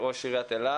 ראש העיר אילת,